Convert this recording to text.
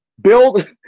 build